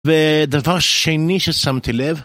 ודבר שני ששמתי לב